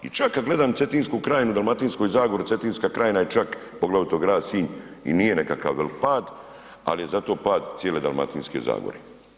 I čak kad gledam Cetinsku krajinu u Dalmatinskoj zagori, Cetinska krajina je čak poglavito grad Sinj i nije nekakav velik pad, ali je zato pad cijele Dalmatinske zagore.